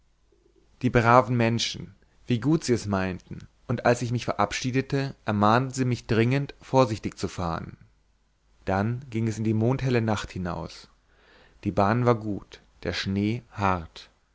die braven menschen wie gut sie es meinten und als ich mich verabschiedete ermahnten sie mich dringend vorsichtig zu fahren dann ging es in die mondhelle nacht hinaus die bahn war gut der schnee hart